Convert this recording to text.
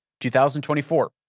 2024